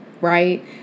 right